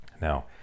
Now